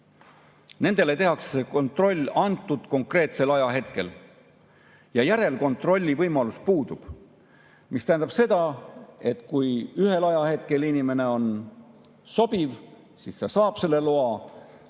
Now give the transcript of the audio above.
tehakse see kontroll konkreetsel ajahetkel. Järelkontrolli võimalus puudub. Mis tähendab seda, et kui ühel ajahetkel inimene on sobiv, siis ta saab selle loa.